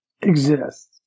exists